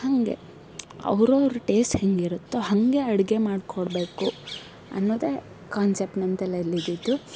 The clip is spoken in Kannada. ಹಾಗೆ ಅವ್ರವ್ರ ಟೇಸ್ಟ್ ಹೇಗಿರುತ್ತೋ ಹಾಗೆ ಅಡುಗೆ ಮಾಡ್ಕೊಡ್ಬೇಕು ಅನ್ನೋದೇ ಕಾನ್ಸೆಪ್ಟ್ ನನ್ನ ತಲೆಯಲ್ಲಿದ್ದಿದ್ದು